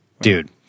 Dude